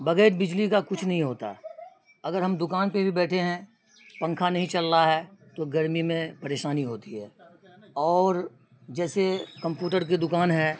بغیر بجلی کا کچھ نہیں ہوتا اگر ہم دکان پہ بھی بیٹھے ہیں پنکھا نہیں چل رہا ہے تو گرمی میں پریشانی ہوتی ہے اور جیسے کمپوٹر کی دکان ہے